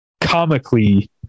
comically